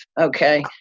Okay